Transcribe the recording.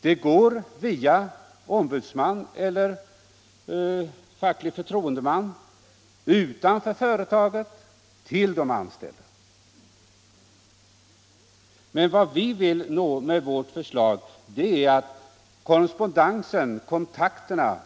Det går via ombudsman eller facklig förtroendeman utanför företaget till de anställda. Men vad vi I vill nå med vårt förslag är att korrenspondensen och kontakterna